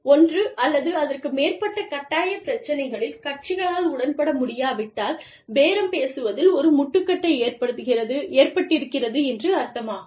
ஒன்று அல்லது அதற்கு மேற்பட்ட கட்டாய பிரச்சினைகளில் கட்சிகளால் உடன்பட முடியாவிட்டால் பேரம் பேசுவதில் ஒரு முட்டுக்கட்டை ஏற்பட்டிருக்கிறது என்று அர்த்தமாகும்